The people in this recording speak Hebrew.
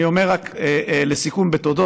אני אומר לסיכום תודות.